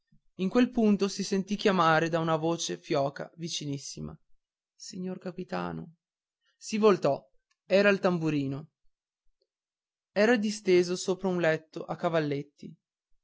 in quel punto si sentì chiamare da una voce fioca vicinissima signor capitano si voltò era il tamburino era disteso sopra un letto a cavalletti